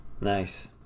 Nice